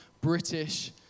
British